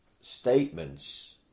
statements